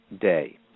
day